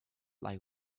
like